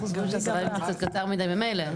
אנחנו חושבים ש-10 ימים זה קצר מידי ממילא,